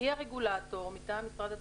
היא הרגולטור מטעם משרד התחבורה.